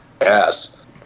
Yes